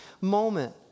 moment